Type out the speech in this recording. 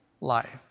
life